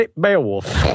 Beowulf